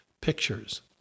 pictures